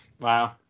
Wow